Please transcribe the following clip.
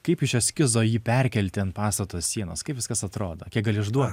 kaip iš eskizo jį perkelti ant pastato sienos kaip viskas atrodo kiek gali išduot